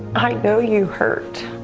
i know you hurt.